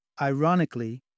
Ironically